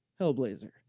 hellblazer